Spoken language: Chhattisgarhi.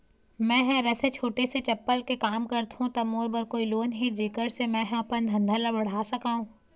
मैं हर ऐसे छोटे से चप्पल के काम करथों ता मोर बर कोई लोन हे जेकर से मैं हा अपन धंधा ला बढ़ा सकाओ?